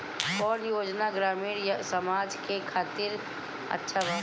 कौन योजना ग्रामीण समाज के खातिर अच्छा बा?